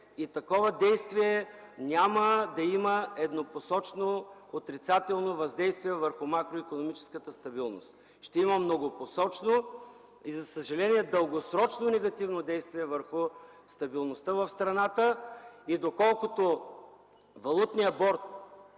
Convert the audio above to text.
и такова действие няма да има еднопосочно отрицателно въздействие върху макроикономическата стабилност, ще има многопосочно, и, за съжаление, дългосрочно негативно действие върху стабилността в страната. Доколкото Валутният борд